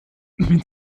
mit